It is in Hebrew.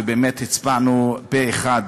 ובאמת הצבענו פה-אחד